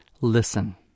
Listen